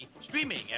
Streaming